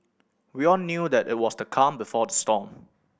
we all knew that it was the calm before the storm